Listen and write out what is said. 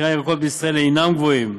מחירי הירקות בישראל אינם גבוהים.